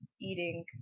eating